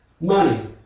Money